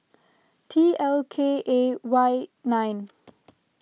T L K A Y nine